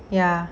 ya